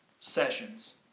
sessions